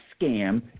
scam